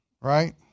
right